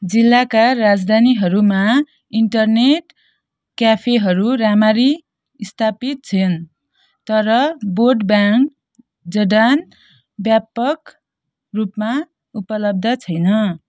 जिल्लाका राजधानीहरूमा इन्टरनेट क्याफेहरू राम्ररी स्थापित छन् तर बोर्डब्यान्ड जडान व्यापक रूपमा उपलब्ध छैन